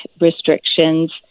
restrictions